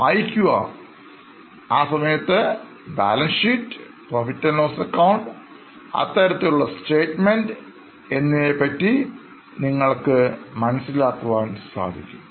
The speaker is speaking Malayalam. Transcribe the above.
വായിക്കുക ആ സമയത്ത് balance sheet profit and loss account അത്തരത്തിലുള്ള സ്റ്റേറ്റ്മെൻറ് എന്നിവയെപറ്റി നിങ്ങൾക്ക് മനസ്സിലാക്കാൻ സാധിക്കും